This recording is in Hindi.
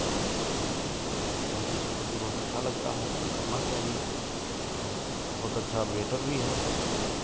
इसलिए हम तो सोचते हैं की बहुत अच्छा लगता है इसको करना चाहिए और बहुत अच्छा बेटर भी है